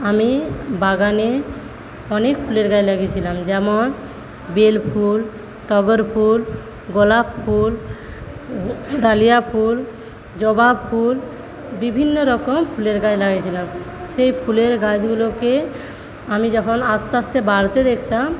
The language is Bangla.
আমি বাগানে অনেক ফুলের গাছ লাগিয়েছিলাম যেমন বেল ফুল টগর ফুল গোলাপ ফুল ডালিয়া ফুল জবা ফুল বিভিন্নরকম ফুলের গাছ লাগিয়েছিলাম সেই ফুলের গাছগুলোকে আমি যখন আস্তে আস্তে বাড়তে দেখতাম